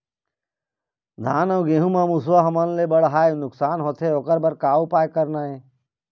धान अउ गेहूं म मुसवा हमन ले बड़हाए नुकसान होथे ओकर बर का उपाय करना ये?